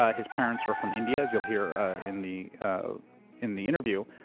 ah his parents were from india, as you'll hear in the in the interview.